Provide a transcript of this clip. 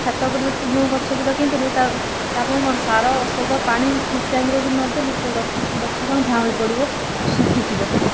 ଛାତ ଉପରେ ଯେତେ ଯେଉଁ ଗଛ ବି ଲଗେଇ ପାରିବ ତାର ତା' ପାଇଁ କ'ଣ ସାର ଔଷଧ ପାଣି ଠିକ୍ ଟାଇମରେ ବି ନଦେଲେ ସେ ଗଛ କ'ଣ ଝାଉଁଳି ପଡ଼ିବ ଶୁଖିଯିବ